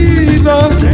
Jesus